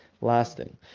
lasting